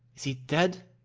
is he dead?